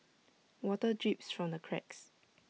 water drips from the cracks